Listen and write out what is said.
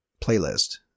playlist